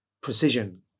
precision